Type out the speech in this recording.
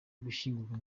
gushyingurwa